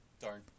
Darn